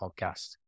podcast